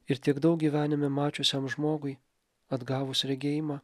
ir tiek daug gyvenime mačiusiam žmogui atgavus regėjimą